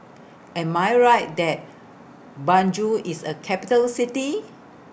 Am I Right that Banjul IS A Capital City